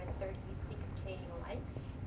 thirty six k likes,